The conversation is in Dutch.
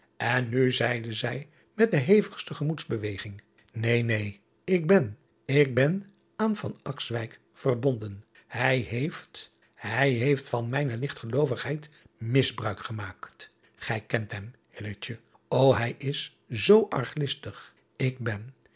n nu zeide zij met de hevigste gemoedsbeweging een neen ik ben ik ben aan verbonden ij heeft hij heeft van mijne ligtgeloovigheid misbruik gemaakt ij kent hem o ij is zoo arglistig k ben